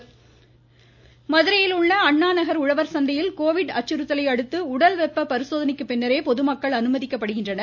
Covid Madurai மதுரையில் உள்ள அண்ணா நகர் உழவர் சந்தையில் கோவிட் அச்சுறுத்தலையடுத்து உடல்வெப்ப பரிசோதனைக்குப் பின்னரே பொதுமக்கள் அனுமதிக்கப்படுகின்றனர்